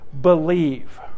believe